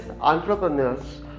entrepreneurs